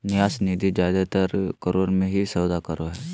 न्यास निधि जादेतर करोड़ मे ही सौदा करो हय